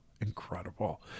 incredible